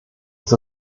ist